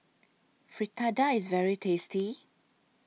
Fritada IS very tasty